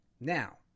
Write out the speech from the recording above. Now